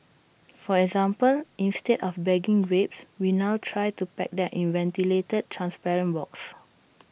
for example instead of bagging grapes we now try to pack them in ventilated transparent boxes